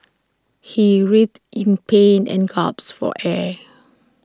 he writhed in pain and gasped for air